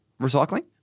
recycling